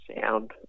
sound